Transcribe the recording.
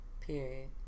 period